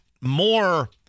more